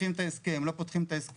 פותחים את ההסכם, לא פותחים את ההסכם.